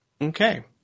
Okay